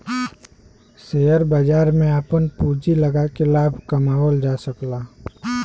share बाजार में आपन पूँजी लगाके लाभ कमावल जा सकला